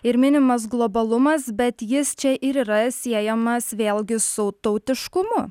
ir minimas globalumas bet jis čia ir yra siejamas vėlgi su tautiškumu